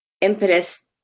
impetus